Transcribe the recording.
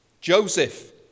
Joseph